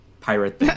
Pirate